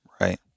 right